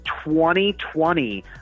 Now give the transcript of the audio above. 2020